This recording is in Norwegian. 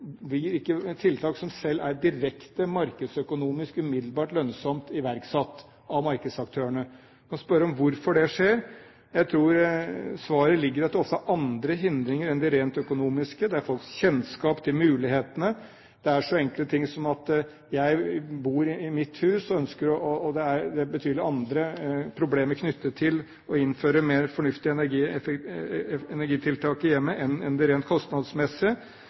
blir ikke tiltak som er direkte markedsøkonomiske, umiddelbart lønnsomt iverksatt av markedsaktørene. Man kan spørre om hvorfor det skjer. Jeg tror svaret ligger i at det også er andre hindringer enn de rent økonomiske. Det er folks kjennskap til mulighetene, det er så enkle ting som at jeg bor i mitt hus, og det er betydelig andre problemer knyttet til å innføre mer fornuftige energitiltak i hjemmet enn de rent kostnadsmessige.